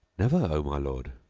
never, o my lord!